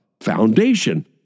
foundation